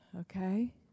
Okay